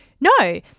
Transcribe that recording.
No